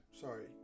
sorry